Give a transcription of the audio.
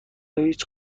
هیچ